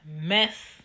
mess